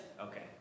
Okay